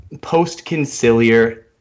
post-conciliar